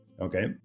Okay